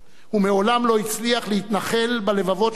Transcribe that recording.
הוא מעולם לא הצליח להתנחל בלבבות של שני